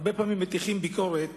הרבה פעמים מטיחים ביקורת